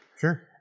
sure